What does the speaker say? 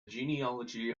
genealogy